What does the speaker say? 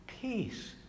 peace